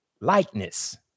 Likeness